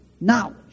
knowledge